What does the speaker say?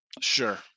Sure